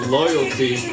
loyalty